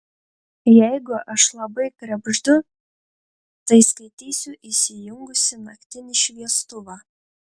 jeigu aš labai krebždu tai skaitysiu įsijungusi naktinį šviestuvą